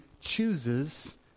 chooses